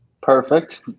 Perfect